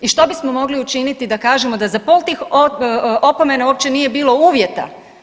I što bismo mogli učiniti da kažemo da za pol tih opomena uopće nije bilo uvjeta.